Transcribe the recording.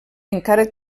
encara